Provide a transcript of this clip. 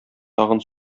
тагын